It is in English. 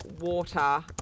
water